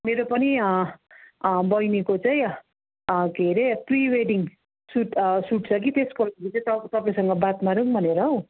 मेरो पनि बैनीको चाहिँ के अरे प्रि वेडिङ सुट सुट छ कि त्यसको लागि चाहिँ तपाईँ तपाईँसँग चाहिँ बात मारौँ भनेर हो